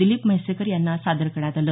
दिलीप म्हैसेकर यांना सादर करण्यात आलं